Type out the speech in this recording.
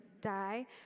die